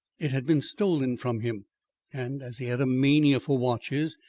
it had been stolen from him and as he had a mania for watches,